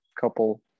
couple